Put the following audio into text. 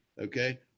Okay